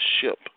ship